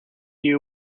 you